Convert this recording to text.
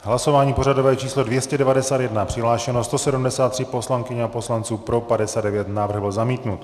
V hlasování pořadové číslo 291 přihlášeno 173 poslankyň a poslanců, pro 59, návrh byl zamítnut.